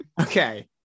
okay